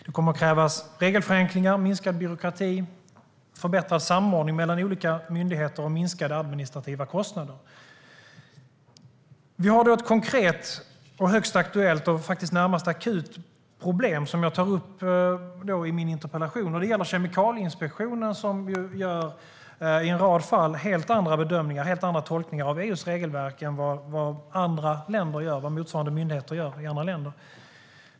Det kommer att krävas regelförenklingar, minskad byråkrati, förbättrad samordning mellan olika myndigheter och minskade administrativa kostnader. Vi har ett konkret, högst aktuellt och närmast akut problem som jag tar upp i min interpellation. Det gäller Kemikalieinspektionen, som i en rad fall gör helt andra bedömningar och tolkningar av EU:s regelverk än vad motsvarande myndigheter gör i andra länder.